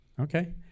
Okay